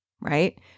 right